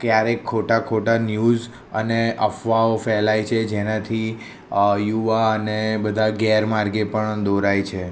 ક્યારેક ખોટાં ખોટાં ન્યૂઝ અને અફવાઓ ફેલાય છે જેનાથી યુવા અને બધાં ગેરમાર્ગે પણ દોરાય છે